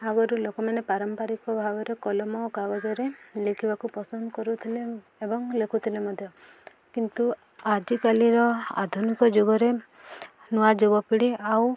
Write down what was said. ଆଗରୁ ଲୋକମାନେ ପାରମ୍ପାରିକ ଭାବରେ କଲମ ଓ କାଗଜରେ ଲେଖିବାକୁ ପସନ୍ଦ କରୁଥିଲେ ଏବଂ ଲେଖୁଥିଲେ ମଧ୍ୟ କିନ୍ତୁ ଆଜିକାଲିର ଆଧୁନିକ ଯୁଗରେ ନୂଆ ଯୁବପିଢ଼ି ଆଉ